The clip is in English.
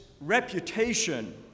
reputation